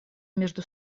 между